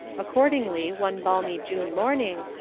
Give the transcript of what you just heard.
accordingly, one balmy june morning,